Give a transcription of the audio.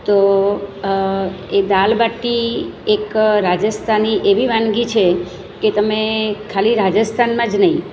તો એ દાલબાટી એક રાજસ્થાની એવી વાનગી છે કે તમે ખાલી રાજસ્થાનમાં જ નહિ